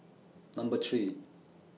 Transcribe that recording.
Number three